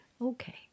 okay